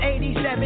87